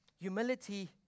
Humility